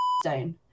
stone